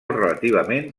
relativament